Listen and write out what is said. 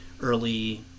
early